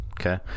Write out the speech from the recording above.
Okay